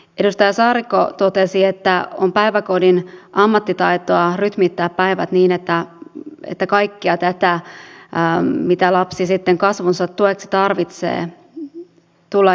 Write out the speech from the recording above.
edustaja saarikko totesi että on päiväkodin ammattitaitoa rytmittää päivät niin että kaikkea tätä mitä lapsi kasvunsa tueksi tarvitsee tullaan jatkossakin saamaan